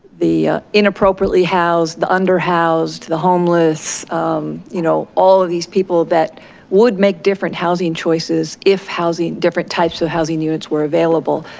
inappropriately housed, the under housed to the homeless you know all of these people that would make different housing choices if housing different types of housing units were available.